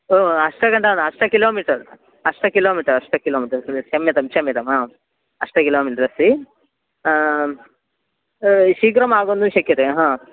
ओ अष्टघण्टात् अष्ट किलोमीटर् अष्ट किलोमीटर् अष्ट किलोमीटर् क्षम्यतां क्षम्यताम् आम् अष्ट किलोमीटर् अस्ति शीघ्रम् आगन्तुं शक्यते हा